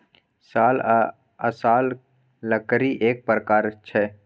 साल आ असला लकड़ीएक प्रकार छै